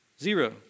zero